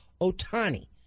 Otani